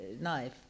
knife